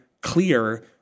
clear